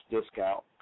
discount